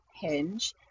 hinge